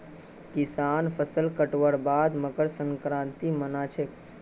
किसान फसल कटवार बाद मकर संक्रांति मना छेक